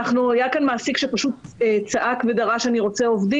היה כאן מעסיק שפשוט צעק ודרש 'אני רוצה עובדים'.